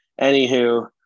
anywho